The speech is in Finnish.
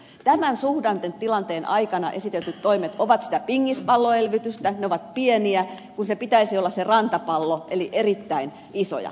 tämän suhdannetilanteen aikana esitetyt toimet ovat sitä pingispalloelvytystä ne ovat pieniä kun se pitäisi olla se rantapallo eli erittäin isoja toimia